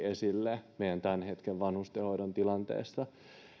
esille meidän tämän hetken vanhustenhoidon tilanteesta